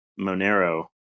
Monero